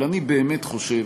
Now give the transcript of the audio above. אבל אני באמת חושב